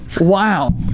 Wow